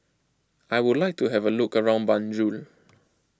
I would like to have a look around Banjul